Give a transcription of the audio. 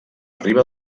riba